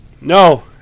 No